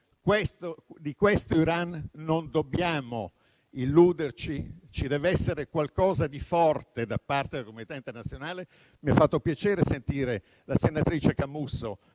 Su questo Iran non dobbiamo illuderci; ci dev'essere un segnale forte da parte della comunità internazionale. Mi ha fatto piacere sentire la senatrice Camusso